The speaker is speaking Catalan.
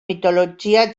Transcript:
mitologia